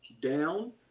down